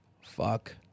Fuck